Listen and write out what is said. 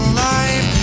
life